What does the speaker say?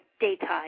daytime